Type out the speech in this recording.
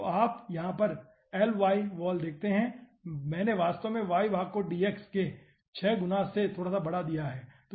तो आप यहाँ पर Iy वॉल देखते हैं मैंने वास्तव में y भाग को dx के 6 गुना से थोड़ा सा बढ़ा दिया है